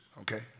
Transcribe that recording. Okay